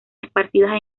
esparcidas